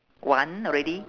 one already